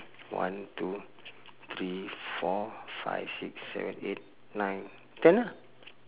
one two three four five six seven eight nine ten lah